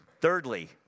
Thirdly